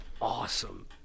awesome